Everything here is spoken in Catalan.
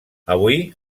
avui